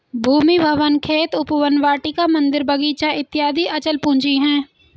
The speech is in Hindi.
भूमि, भवन, खेत, उपवन, वाटिका, मन्दिर, बगीचा इत्यादि अचल पूंजी है